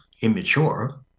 immature